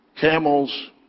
camels